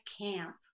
camp